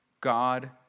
God